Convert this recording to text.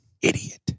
idiot